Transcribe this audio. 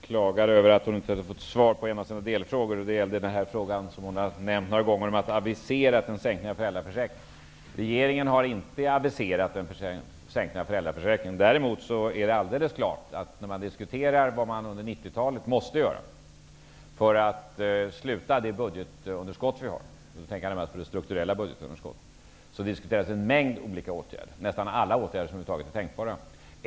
Herr talman! Maj-Inger Klingvall klagade över att hon inte hade fått svar på en av sina delfrågor. Det gällde frågan om att det har aviserats en sänkning i föräldraförsäkringen. Regeringen har inte aviserat någon sådan sänkning. När man diskuterar vad man måste göra under 90-talet för att avhjälpa det strukturella budgetunderskottet, måste man helt klart se till alla åtgärder som över huvud taget är tänkbara.